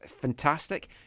fantastic